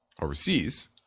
overseas